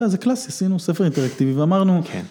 זה קלאסי, עשינו ספר אינטראקטיבי ואמרנו כן.